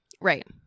Right